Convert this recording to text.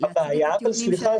--- הבעיה היא מה קורה מאחורי הקלעים.